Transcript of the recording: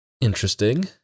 Interesting